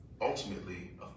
ultimately